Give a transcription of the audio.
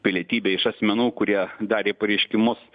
pilietybę iš asmenų kurie darė pareiškimus